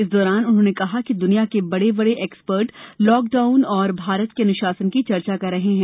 इस दौरान उन्होंने कहा कि दुनिया के बड़े बड़े एक्सपर्ट लॉकडाउन और भारत के अनुशासन की चर्चा कर रहे हैं